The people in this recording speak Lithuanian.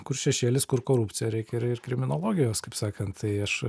kur šešėlis kur korupcija reikia ir kriminologijos kaip sakant tai aš